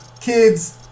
kids